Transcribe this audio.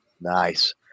Nice